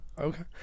Okay